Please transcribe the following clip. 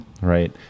Right